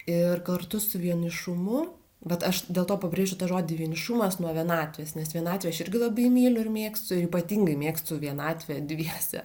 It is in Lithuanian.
ir kartu su vienišumu bet aš dėl to pabrėšiu tą žodį vienišumas nuo vienatvės nes vienatvę aš irgi labai myliu ir mėgstu ir ypatingai mėgstu vienatvę dviese